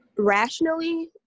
rationally